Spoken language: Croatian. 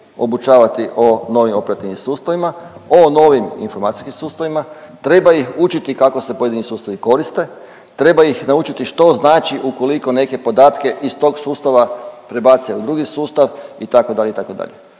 obučavati o novim operativnim sustavima, o novim informacijskim sustavima, treba ih učiti kako se pojedini sustavi koriste, treba ih naučiti što znači ukoliko neke podatke iz tog sustava prebace u drugi sustav, itd.,